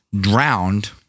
drowned